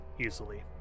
easily